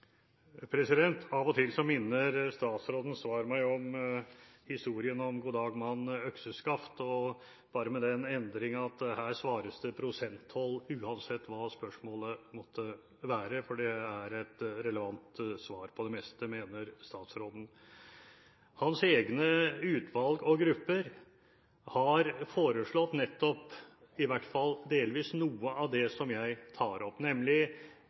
minner statsrådens svar meg om historien «Goddag mann økseskaft», bare med den endring at her svares det «prosenttoll» uansett hva spørsmålet måtte være, for det er et relevant svar på det meste, mener statsråden. Hans egne utvalg og grupper har foreslått nettopp noe av det som jeg tar opp, nemlig: